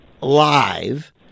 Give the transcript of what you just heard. live